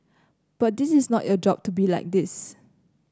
but this is not your job to be like this